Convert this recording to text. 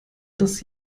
dass